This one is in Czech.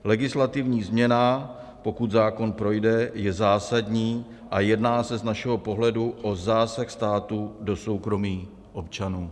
Legislativní změna, pokud zákon projde, je zásadní a jedná se z našeho pohledu o zásah státu do soukromí občanů.